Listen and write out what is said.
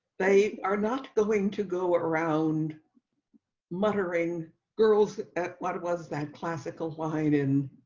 they are not going to go around muttering girls at what was that classical widen